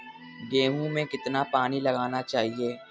गेहूँ में कितना पानी लगाना चाहिए?